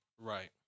Right